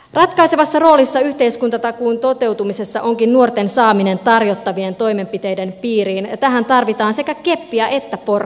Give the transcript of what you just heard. ratkaisevassa roolissa yhteiskuntatakuun toteutumisessa onkin nuorten saaminen tarjottavien toimenpiteiden piiriin ja tähän tarvitaan sekä keppiä että porkkanaa